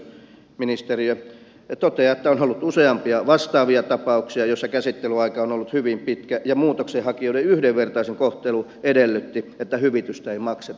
toteaa että on ollut useampia vastaavia tapauksia joissa käsittelyaika on ollut hyvin pitkä ja muutoksenhakijoiden yhdenvertainen kohtelu edellytti että hyvitystä ei makseta